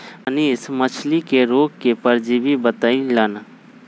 मनीष मछ्ली के रोग के परजीवी बतई लन